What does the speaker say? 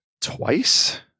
twice